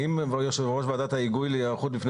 האם יושב ראש ועדת ההיגוי להיערכות מפני